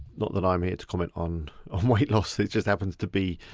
not that i'm here to comment on um weight loss, it just happens to be